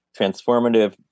transformative